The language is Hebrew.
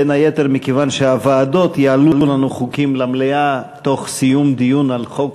בין היתר מכיוון שהוועדות יעלו לנו חוקים למליאה תוך סיום דיון על חוק,